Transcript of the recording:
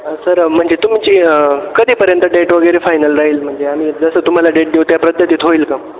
sir म्हणजे तुमची कधीपर्यंत डेट वगैरे फायनल राहील म्हणजे आम्हीही जसं तुम्हाला डेट देऊ त्या पद्धतीत होईल का